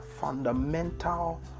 fundamental